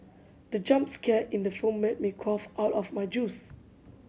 the jump scare in the film made me cough out of my juice